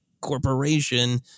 corporation